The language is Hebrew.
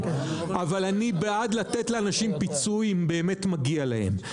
אבל אני בעד לתת לאנשים פיצוי אם באמת מגיע להם.